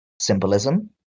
symbolism